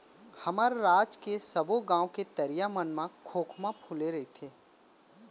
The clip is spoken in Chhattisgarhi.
हमर राज के सबो गॉंव के तरिया मन म खोखमा फूले रइथे